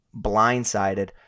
blindsided